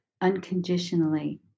unconditionally